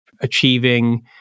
Achieving